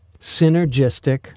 synergistic